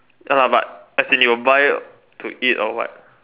no lah but as in you will buy to eat or what